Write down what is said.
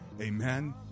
amen